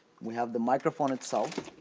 we have the microphone itself.